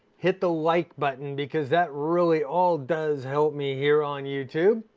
hit the like button because that really all does help me here on youtube.